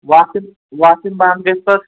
وتھ یِنہٕ وتھ ینہٕ بنٛد گژھِ پَتہٕ